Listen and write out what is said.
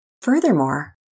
Furthermore